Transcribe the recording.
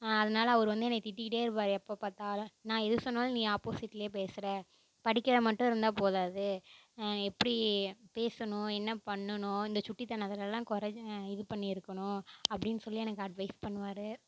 அதனால் அவர் வந்து என்னை திட்டிக்கிட்டே இருப்பார் எப்போ பார்த்தாலும் நான் எது சொன்னாலும் நீ ஆப்போசிட்டில் பேசுகிற படிக்கிறது மட்டும் இருந்தால் போதாது எப்படி பேசணும் என்ன பண்ணணும் இந்த சுட்டித்தனத்துலலாம் கொறை இது பண்ணி இருக்கணும் அப்படின்னு சொல்லி எனக்கு அட்வைஸ் பண்ணுவார்